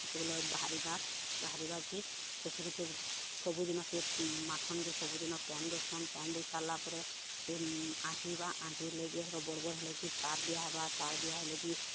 ଯେତେବେଲେ ବାହାରିବା ବାହାରିବା କି ସେଥିରେ ଫିର୍ ସବୁଦିନ ସେ ମାଖନକେ ସବୁଦିନ ପାନ୍ ଦେସନ୍ ପାନ୍ ଦେଇ ସାରିଲା ପରେ ସେ ଆଙ୍କିବା ଆଙ୍କିିଲେ କିିଥର ବଡ଼ ବଡ଼ ହେଲେ କିି ସାର୍ ଦିଆ ହେବା ସାର୍ ଦିଆ ହେଲେ କି